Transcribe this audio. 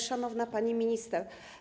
Szanowna Pani Minister!